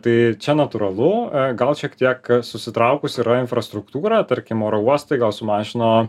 tai čia natūralu gal šiek tiek susitraukus yra infrastruktūra tarkim oro uostai gal sumažino